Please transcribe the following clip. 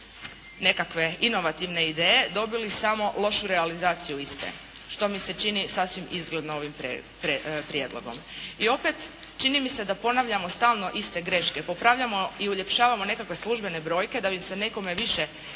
nekakve inovativne ideje dobili samo lošu realizaciju iste što mi se čini sasvim izgledno ovim prijedlogom. I opet, čini mi se da ponavljamo stalno iste greške, popravljamo i uljepšavamo nekakve službene brojke da bi se nekome više